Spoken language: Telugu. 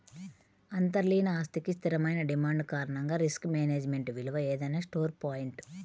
అంతర్లీన ఆస్తికి స్థిరమైన డిమాండ్ కారణంగా రిస్క్ మేనేజ్మెంట్ విలువ ఏదైనా స్టోర్ పాయింట్